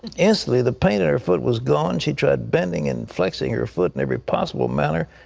instantly the pain in her foot was gone. she tried bending and flexing her foot in every possible manner,